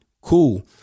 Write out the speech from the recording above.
Cool